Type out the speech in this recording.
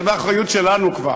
זה באחריות שלנו כבר.